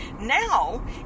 Now